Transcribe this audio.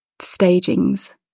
stagings